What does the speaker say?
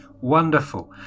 Wonderful